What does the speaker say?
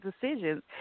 decisions